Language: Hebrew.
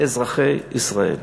אזרחי ישראל.